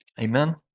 Amen